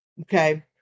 Okay